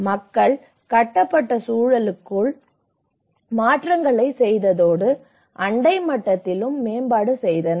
மக்கள் கட்டப்பட்ட சூழலுக்குள் உடல் மாற்றங்களைச் செய்ததோடு அண்டை மட்டத்திலும் மேம்பாடுகளைச் செய்தனர்